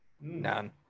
None